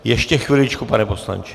Ještě chviličku, pane poslanče...